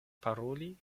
paroli